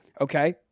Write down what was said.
Okay